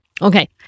Okay